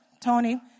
Tony